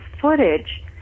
footage